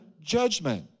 judgment